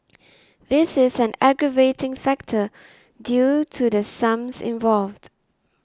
this is an aggravating factor due to the sums involved